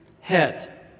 head